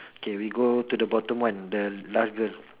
K we go to the bottom one the last girl